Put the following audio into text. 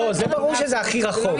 לא, זה ברור שזה הכי רחוק.